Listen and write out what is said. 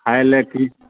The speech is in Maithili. खाइलए की